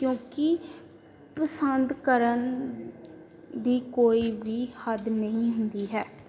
ਕਿਉਂਕਿ ਪਸੰਦ ਕਰਨ ਦੀ ਕੋਈ ਵੀ ਹੱਦ ਨਹੀਂ ਹੁੰਦੀ ਹੈ